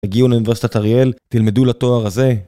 הגיעו לאוניברסיטת אריאל, תלמדו לתואר הזה!